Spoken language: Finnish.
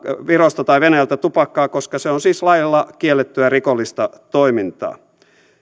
virosta tai venäjältä tupakkaa koska se on siis lailla kiellettyä rikollista toimintaa